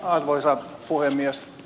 arvoisa puhemies